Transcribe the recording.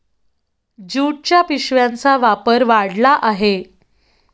ज्यूटच्या पिशव्यांचा वापर वाढला आहे